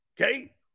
okay